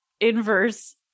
inverse